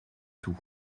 tout